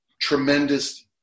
tremendous –